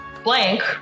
blank